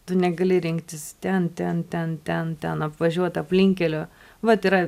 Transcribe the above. tu negali rinktis ten ten ten ten ten apvažiuot aplinkkelio vat yra